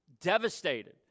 devastated